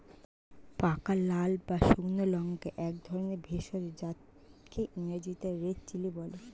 পাকা লাল বা শুকনো লঙ্কা একধরনের ভেষজ যাকে ইংরেজিতে রেড চিলি বলে